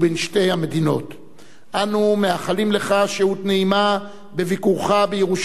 אנו מאחלים לך שהות נעימה בביקורך בירושלים בירת ישראל,